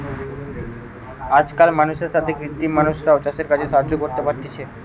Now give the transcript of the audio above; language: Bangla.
আজকাল মানুষের সাথে কৃত্রিম মানুষরাও চাষের কাজে সাহায্য করতে পারতিছে